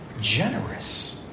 Generous